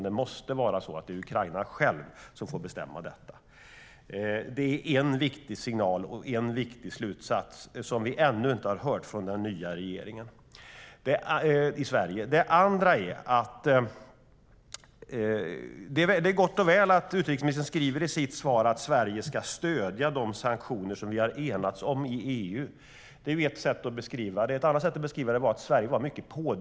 Det måste vara Ukraina självt som får bestämma detta. Det är en viktig signal, en viktig slutsats, som vi ännu inte har hört från den nya regeringen i Sverige.Det är gott och väl att utrikesministern skriver i sitt svar att Sverige ska stödja de sanktioner som vi har enats om i EU. Det är ett sätt att beskriva det. Ett annat sätt att beskriva det är att Sverige var pådrivande.